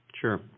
Sure